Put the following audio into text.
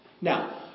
Now